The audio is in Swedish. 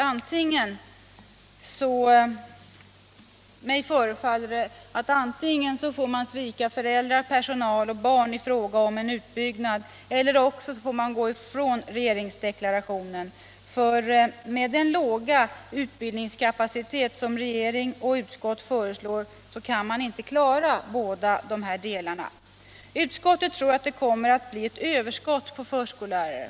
Det förefaller mig att man antingen får svika föräldrar, personal och barn i fråga om en utbyggnad eller också får gå ifrån regeringsdeklarationen — för med den låga utbildningskapacitet som regeringen och utskottet föreslår kan man inte klara båda delarna. Utskottet tror att det kommer att bli ett överskott på förskollärare.